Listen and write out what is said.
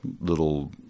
little